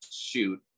shoot